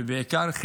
ובעיקר,